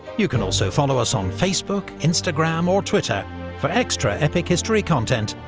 you can also follow us on facebook, instagram or twitter for extra epic history content,